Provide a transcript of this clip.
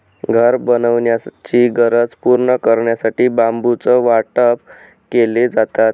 घर बनवण्याची गरज पूर्ण करण्यासाठी बांबूचं वाटप केले जातात